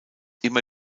immer